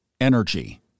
energy